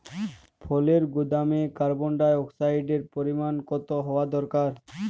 ফলের গুদামে কার্বন ডাই অক্সাইডের পরিমাণ কত হওয়া দরকার?